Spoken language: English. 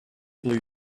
blue